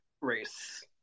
race